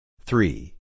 Three